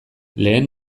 lehen